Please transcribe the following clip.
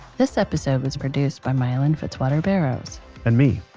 this episode was produced by miellyn fitzwater barrows and me.